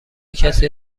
کسی